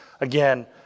Again